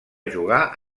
jugar